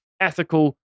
ethical